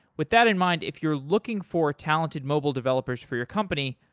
with that in mind, if you're looking for talented mobile developers for your company,